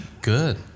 Good